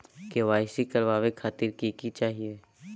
KYC करवावे खातीर कि कि चाहियो?